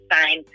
sign